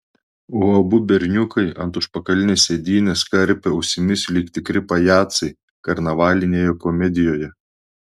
o abu berniukai ant užpakalinės sėdynės karpė ausimis lyg tikri pajacai karnavalinėje komedijoje